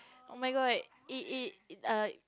oh-my-god it it err